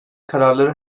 kararları